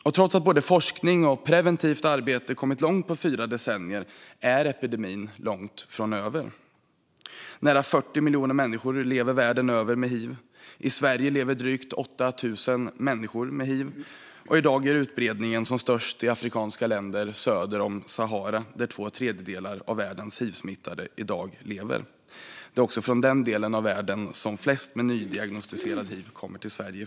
Men trots att både forskning och preventivt arbete har kommit långt på fyra decennier är epidemin långt ifrån över. Nära 40 miljoner människor världen över lever med hiv. I Sverige lever drygt 8 000 människor med hiv. I dag är utbredningen som störst i afrikanska länder söder om Sahara, där två tredjedelar av världens hivsmittade i dag lever. Det är också från den delen av världen som flest med nydiagnostiserad hiv kommer till Sverige.